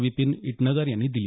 विपीन इटनकर यांनी दिली